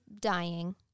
dying